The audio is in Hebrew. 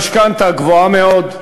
משכנתה גבוהה מאוד,